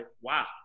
wow